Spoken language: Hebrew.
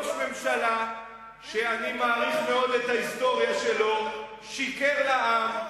ראש ממשלה שאני מעריך מאוד את ההיסטוריה שלו שיקר לעם,